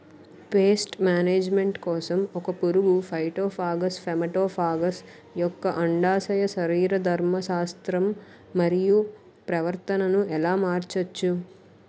Paste management కోసం ఒక పురుగు ఫైటోఫాగస్హె మటోఫాగస్ యెక్క అండాశయ శరీరధర్మ శాస్త్రం మరియు ప్రవర్తనను ఎలా మార్చచ్చు?